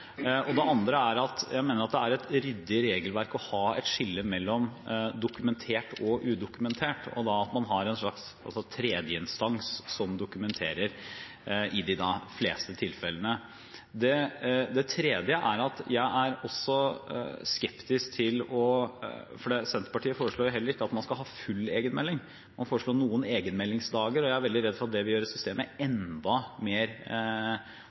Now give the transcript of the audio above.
aldrene. Det andre er at jeg mener at det er et ryddig regelverk å ha et skille mellom dokumentert og udokumentert fravær, og at man har en slags tredjeinstans som dokumenterer i de fleste tilfellene. Det tredje er: Senterpartiet foreslår heller ikke at man skal ha full egenmelding. Man foreslår noen egenmeldingsdager, og jeg er veldig redd for at det vil gjøre systemet enda